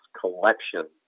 collection